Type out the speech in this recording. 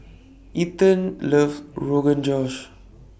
Ethan loves Rogan Josh